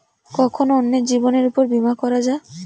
কখন অন্যের জীবনের উপর বীমা করা যায়?